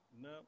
No